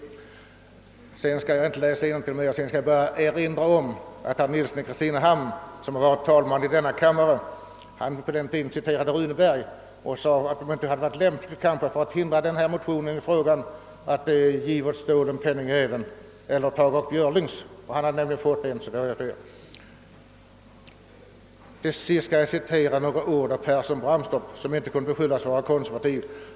Jag skall inte läsa innantill mer i protokollet från 1947 utan vill endast erinra om att herr Nilsson i Kristinehamn, som senare blev talman i denna kammare, citerade Runeberg och frågade om det inte hade varit lämpligt — för att förhindra att motionen bifölls — att giva åt Ståhl en penning även eller taga Björlings åter; han hade då just fått en. Till sist skall jag återge några ord som yttrades av herr Pehrsson-Bramstorp, som inte kunde beskyllas för att vara konservativ.